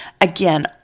Again